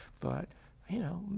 but you know,